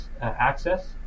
access